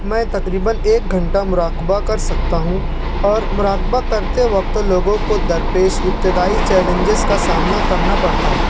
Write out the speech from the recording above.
میں تقریبا ایک گھنٹہ مراقبہ کر سکتا ہوں اور مراقبہ کرتے وقت لوگوں کو درپیش ابتدائی چیلینجز کا سامنا کرنا پڑ سکتا ہے